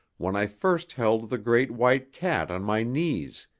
when i first held the great white cat on my knees,